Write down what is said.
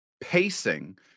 pacing